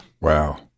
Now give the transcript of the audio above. Wow